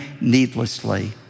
needlessly